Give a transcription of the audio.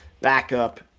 backup